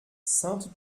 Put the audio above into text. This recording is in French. sainte